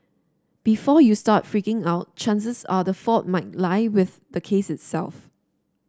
before you start freaking out chances are the fault might lie with the case itself